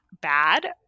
bad